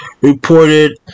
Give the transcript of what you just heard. reported